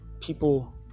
people